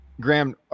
Graham